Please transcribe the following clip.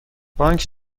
بانک